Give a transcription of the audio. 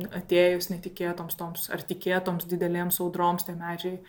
atėjus netikėtoms toms ar tikėtoms didelėms audroms tie medžiai